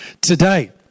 today